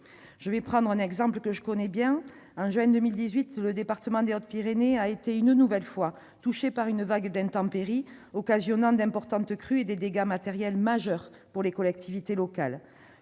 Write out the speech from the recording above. Pour prendre un exemple que je connais bien, mon département des Hautes-Pyrénées a été une nouvelle fois touché, en juin 2018, par une vague d'intempéries, occasionnant d'importantes crues et des dégâts matériels majeurs pour les collectivités locales.